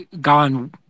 gone